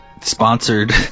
sponsored